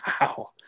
Wow